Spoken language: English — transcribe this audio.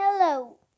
Hello